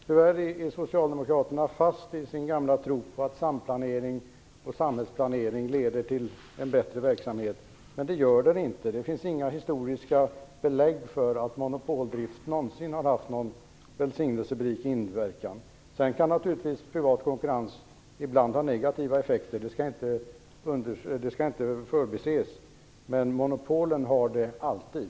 Tyvärr är socialdemokraterna fast i sin gamla tro på att samplanering och samhällsplanering leder till en bättre verksamhet. Det gör det inte. Det finns inga historiska belägg för att monopoldrift någonsin har haft en välsignelserik inverkan. Sedan kan naturligtvis privat konkurrens ibland ha negativa effekter. Det skall inte förbises. Men monopolen har det alltid.